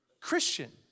Christian